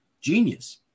genius